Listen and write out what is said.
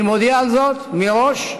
אני מודיע זאת מראש.